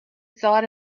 thought